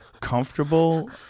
comfortable